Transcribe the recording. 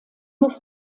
muss